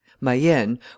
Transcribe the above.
Mayenne